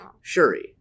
Shuri